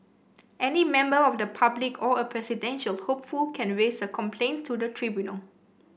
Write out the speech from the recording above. any member of the public or a presidential hopeful can raise a complaint to the tribunal